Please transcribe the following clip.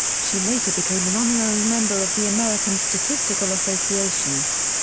she later became an honorary member of the american statistical association.